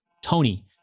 tony